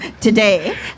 today